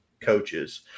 coaches